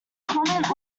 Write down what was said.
comet